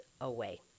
away